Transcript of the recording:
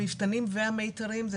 המפתנים והמיתרים,